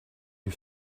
you